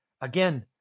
Again